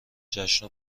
جشن